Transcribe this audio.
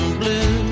blue